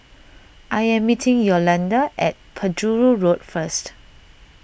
I am meeting Yolanda at Penjuru Road first